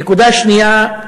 נקודה שנייה,